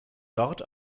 dort